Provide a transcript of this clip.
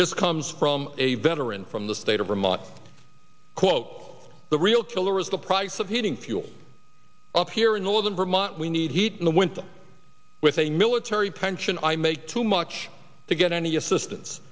this comes from a veteran from the state of vermont quote the real killer is the price of heating fuel up here in northern vermont we need heat in the winter with a military pension i make too much to get any assistance